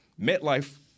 MetLife